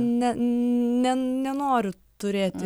ne ne nenoriu turėti